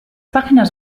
páginas